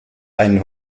einen